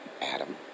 Adam